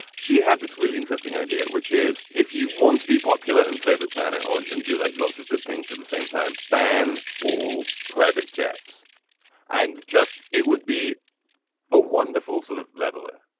she had this really interesting idea which is if you want to be popular and save a planet and do like lots of good things at the same time. ban all private jets and just it would be a wonderful sort of leveller.